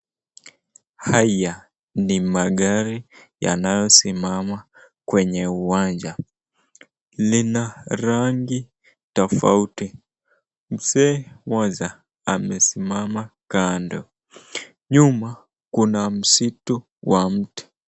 Haya ni magari yanayosimama kwenye uwanja. Lina rangi tofauti. Mzee mmoja amesimama kando. Nyuma kuna msitu wa miti.